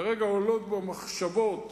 לרגע עולות בו מחשבות,